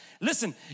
Listen